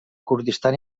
kurdistan